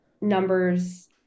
numbers